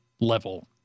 level